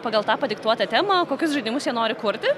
pagal tą padiktuotą temą kokius žaidimus jie nori kurti